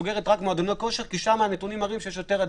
סוגרת רק מועדוני כושר כי שם הנתונים מראים שיש יותר הדבקה.